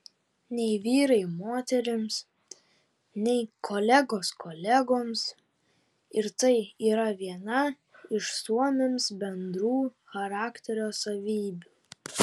nei vyrai moterims nei kolegos kolegoms ir tai yra viena iš suomiams bendrų charakterio savybių